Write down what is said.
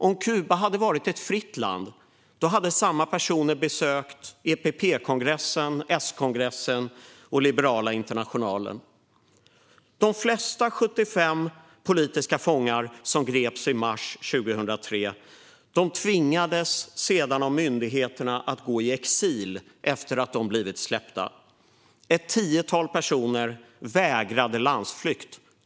Om Kuba hade varit ett fritt land hade samma personer besökt EPP-kongressen, S-kongressen och Liberala Internationalen. De flesta av de 75 politiska fångarna som greps i mars 2003 tvingades av myndigheterna att gå i exil efter att de blivit släppta. Ett tiotal personer vägrade landsflykt.